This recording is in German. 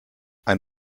ein